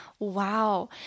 wow